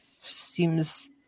seems